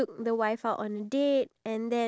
ya true